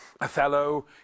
Othello